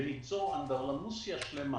וליצור אנדרלמוסיה שלמה.